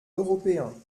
européen